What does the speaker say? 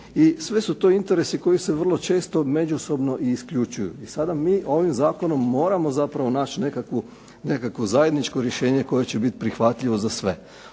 sve su to interesi koji se vrlo često međusobno i isključuju. Sada mi ovim zakonom moramo zapravo naći nekakvo zajedničko rješenje koje će bit prihvatljivo za sve.